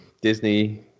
disney